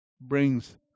brings